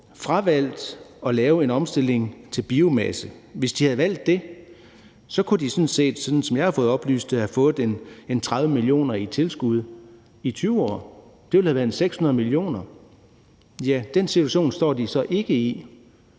fravalgt at lave en omstilling til biomasse. Hvis de havde valgt det, kunne de sådan set, sådan som jeg har fået oplyst det, have fået ca. 30 mio. kr. i tilskud om året i 20 år. Det ville have været 600 mio. kr. Den situation står de så ikke i,